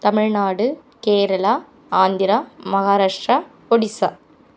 Tamil Nadu Kerala Andhra Maharashtra Odisha